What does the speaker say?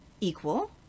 equal